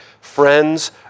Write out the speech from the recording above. friends